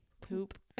poop